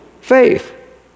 faith